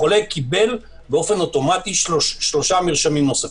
החולה קיבל אוטומטית שלושה מרשמים נוספים.